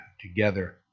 together